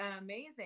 Amazing